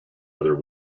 other